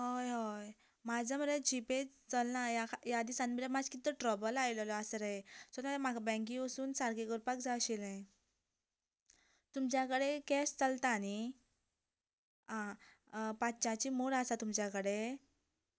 हय हय म्हाजो मरे जी पे चलना ह्या खा ह्या दिसांनी मरे मातसो कितें तरी ट्रबल आयलेलो आसा रे सो ते म्हाका बेंकेंत वचून सारकें करपाक जाय आशिल्ले तुमच्या कडेन कॅश चलता न्ही आं पांचश्याची मोड आसा तुमच्या कडेन